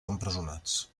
empresonats